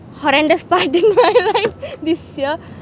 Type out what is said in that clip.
horrendous part of my life this year